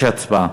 יש הצבעה.